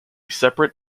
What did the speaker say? separate